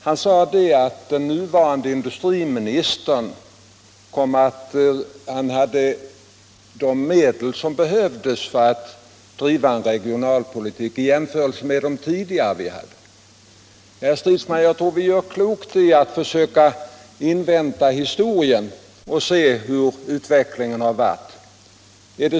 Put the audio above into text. Han sade att den nuvarande industriministern hade fått de medel som behövdes för att driva en regionalpolitik i motsats till hur det var tidigare. Herr Stridsman! Jag tror att vi gör klokt i att och se hur utvecklingen blir.